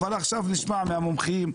עכשיו נשמע מהמומחים,